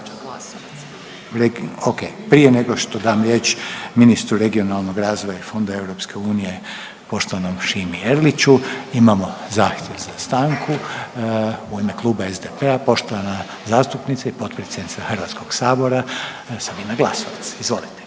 okej. Prije nego što dam riječ ministru regionalnog razvoja i fondova EU, poštovanom Šimi Eriću, imamo zahtjev za stanku u ime Kluba SDP-a, poštovana zastupnica i potpredsjednica HS-a Sabina Glasovac, izvolite.